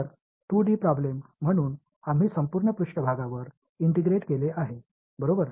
तर 2 D problem म्हणून आम्ही संपूर्ण पृष्ठभागावर इंटिग्रेट केले आहे बरोबर